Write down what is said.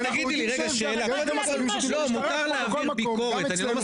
הוראה ופקודה זה...